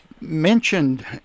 mentioned